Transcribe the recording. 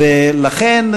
לכן,